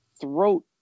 throat